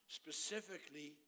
specifically